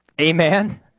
Amen